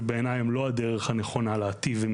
בעיניי הם לא הדרך הנכונה להיטיב עם